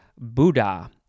Buddha